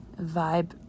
vibe